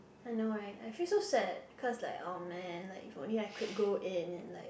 I know right I feel so sad cause like oh man like if only I could go in and like